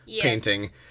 painting